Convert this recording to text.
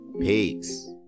Peace